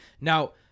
Now